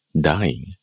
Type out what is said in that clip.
Dying